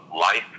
Life